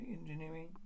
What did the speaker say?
engineering